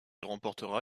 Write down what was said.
remportera